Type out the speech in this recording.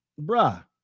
Bruh